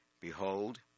Behold